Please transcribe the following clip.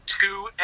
two